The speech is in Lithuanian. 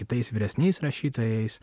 kitais vyresniais rašytojais